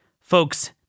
Folks